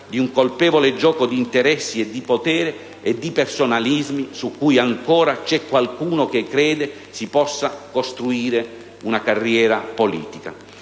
di un colpevole gioco di interessi, di potere e di personalismi su cui c'è ancora chi crede si possa costruire una carriera politica.